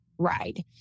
ride